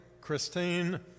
Christine